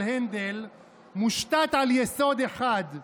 מושתת על יסוד אחד,